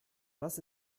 was